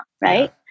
right